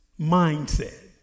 mindset